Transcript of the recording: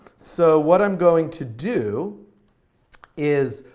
so what i'm going to do is,